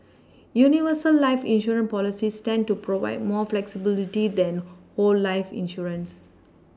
universal life insurance policies tend to provide more flexibility than whole life insurance